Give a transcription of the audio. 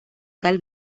tal